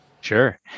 Sure